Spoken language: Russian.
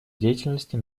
деятельности